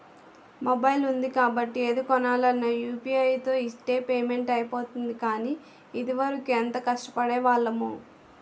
mobile ఉంది కాబట్టి ఏది కొనాలన్నా యూ.పి.ఐ తో ఇట్టే పేమెంట్ అయిపోతోంది కానీ, ఇదివరకు ఎంత కష్టపడేవాళ్లమో